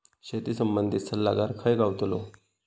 शेती संबंधित सल्लागार खय गावतलो?